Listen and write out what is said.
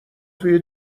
توی